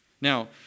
Now